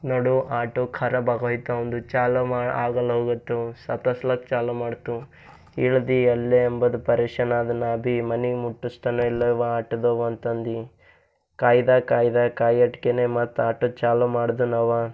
ನಡು ಆಟೋ ಕರಾಬಾಗೋಯ್ತು ಅವಂದು ಚಾಲು ಮಾಡೋ ಆಗಲ್ಲೋಗಿತ್ತು ಸತಸ್ಲಕ್ಕ ಚಾಲು ಮಾಡ್ತು ಇಳಿದಿ ಅಲ್ಲೇ ಅಂಬದ ಪರೇಷಾನ್ ಆದ ನಾ ಬಿ ಮನೆಗೆ ಮುಟ್ಟುಸ್ತಾನ ಇಲ್ಲವ ಆಟೋದವ ಅಂತಂದು ಕಾಯ್ದೆ ಕಾಯ್ದೆ ಕಾಯಟ್ಕೆನೆ ಮತ್ತು ಆಟೋ ಚಾಲು ಮಾಡಿದನವ